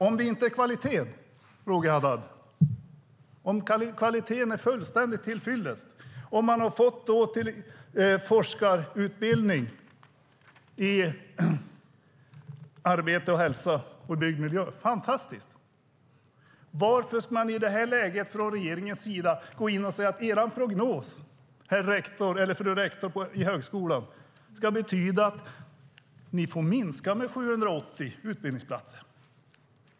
Är det inte kvalitet, Roger Haddad, är kvaliteten inte fullständigt till fyllest när man har fått forskarutbildning i arbete och hälsa och i Byggd miljö? Det är fantastiskt. Varför ska regeringen i det här läget gå in och säga: Er prognos, herr eller fru rektor för högskolan, ska betyda att ni får minska med 780 utbildningsplatser.